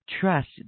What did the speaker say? trust